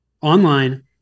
online